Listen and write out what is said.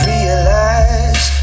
Realize